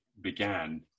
began